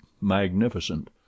magnificent